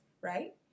right